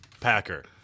Packer